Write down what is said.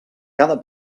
cada